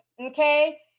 Okay